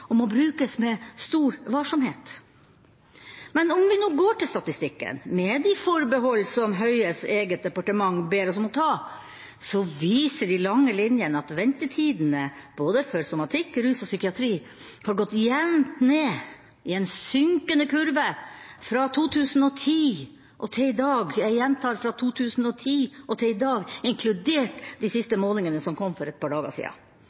og må brukes med stor varsomhet. Men om vi nå går til statistikken – med de forbehold som Høies eget departement ber oss om å ta – viser de lange linjene at ventetidene både for somatikk, rus og psykiatri har gått jevnt ned i en synkende kurve fra 2010 og til i dag – jeg gjentar fra 2010 og til i dag – inkludert de siste målingene som kom for et par dager